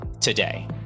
today